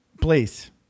please